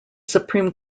supreme